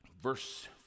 Verse